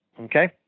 Okay